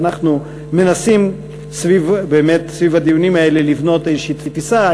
ואנחנו מנסים סביב הדיונים האלה לבנות איזושהי תפיסה.